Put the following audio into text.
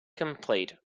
complete